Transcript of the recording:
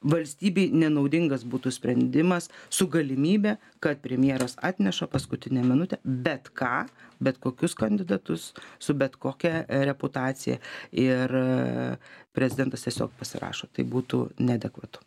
valstybei nenaudingas būtų sprendimas su galimybe kad premjeras atneša paskutinę minutę bet ką bet kokius kandidatus su bet kokia reputacija ir prezidentas tiesiog pasirašo tai būtų neadekvatu